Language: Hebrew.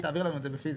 תעביר לנו את זה בפיזית.